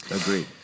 agreed